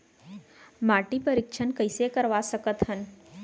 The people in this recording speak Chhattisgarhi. माटी परीक्षण कइसे करवा सकत हन?